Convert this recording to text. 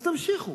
אז תמשיכו,